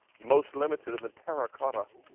most limited in the terracotta.